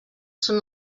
són